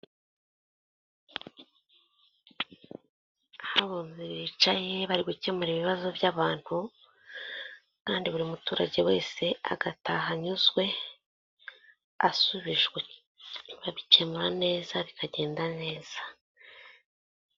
Aho abunzi bari gukemura ibibazo by'abantu kandi buri muturage wese agataha anyuzwe asubijwe, babikemura neza bikagenda neza.